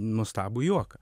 nuostabų juoką